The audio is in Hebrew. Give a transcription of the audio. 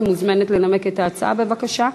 את מזומנת לנמק את ההצעה, בבקשה.